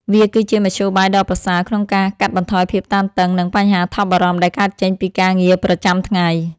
វាគឺជាមធ្យោបាយដ៏ប្រសើរក្នុងការកាត់បន្ថយភាពតានតឹង និងបញ្ហាថប់បារម្ភដែលកើតចេញពីការងារប្រចាំថ្ងៃ។